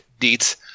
deets